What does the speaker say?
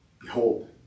Behold